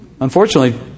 Unfortunately